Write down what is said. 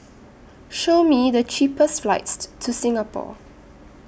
Show Me The cheapest flights to Singapore